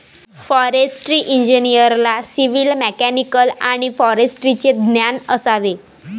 forestry इंजिनिअरला civil, mechanical आणि फॉरेस्ट्रीचे ज्ञान असावे